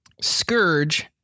Scourge